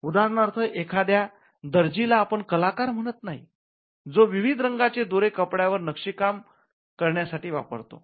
उदाहरणार्थ एखाद्या दर्जी ला आपण कलाकार म्हणत नाही जो विविध रंगाचे दोरे कपड्यावर नक्षीकाम करण्यासाठी वापरतो